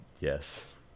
Yes